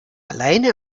alleine